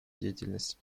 деятельности